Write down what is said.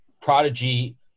Prodigy